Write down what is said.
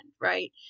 Right